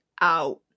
out